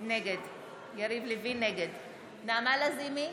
נגד נעמה לזימי,